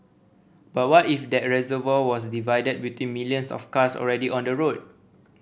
but what if that reservoir was divided between millions of cars already on the road